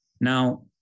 Now